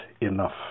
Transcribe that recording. Enough